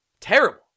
terrible